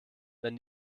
wenn